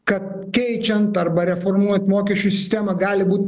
kad keičiant arba reformuojant mokesčių sistemą gali būt